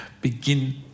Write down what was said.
begin